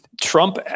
Trump